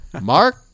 Mark